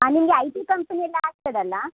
ಆಮೇಲೆ I T company ಎಲ್ಲ ಆಗ್ತದಲ್ಲಾ